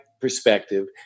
perspective